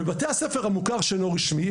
בבתי הספר המוכר שאינו רשמי,